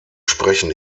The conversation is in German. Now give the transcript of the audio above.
sprechen